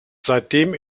seitdem